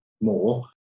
more